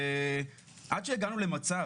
ועד שהגענו למצב